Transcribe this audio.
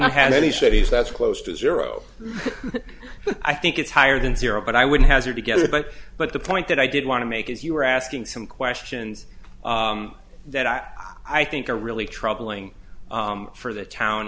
not have any cities that's close to zero i think it's higher than zero but i would hazard a guess but but the point that i did want to make is you were asking some questions that i i think are really troubling for the town